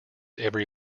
every